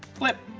flip.